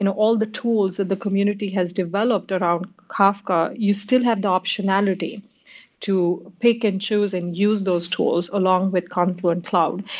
and all the tools that the community has developed around kafka, you still have the optionality to pick and choose and use those tools along with confluent cloud.